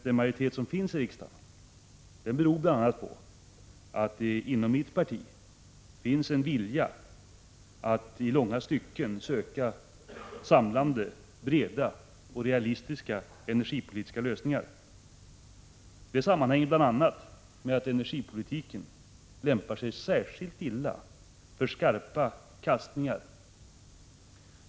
Den majoritet som finns i riksdagen beror bl.a. på att det inom mitt parti finns en vilja att i långa stycken söka samlande, breda och realistiska Prot. 1985/86:124 energipolitiska lösningar. Det sammanhänger bl.a. med att energipolitiken 23 april 1986 lämpar sig särskilt illa för skarpa kastningar.